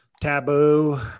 taboo